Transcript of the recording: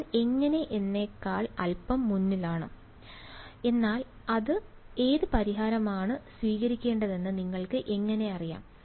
ഞാൻ എങ്ങനെ എന്നെക്കാൾ അൽപ്പം മുന്നിലാണ് എന്നാൽ ഏത് പരിഹാരമാണ് സ്വീകരിക്കേണ്ടതെന്ന് നിങ്ങൾക്ക് എങ്ങനെ അറിയാം